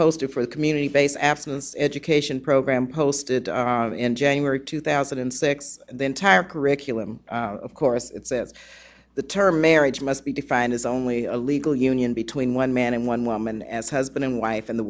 posted for the community based abstinence education program posted in january two thousand and six the entire curriculum of course the term marriage must be defined as only a legal union between one man and one woman as husband and wife and the